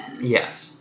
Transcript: yes